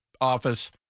Office